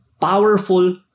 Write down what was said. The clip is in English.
powerful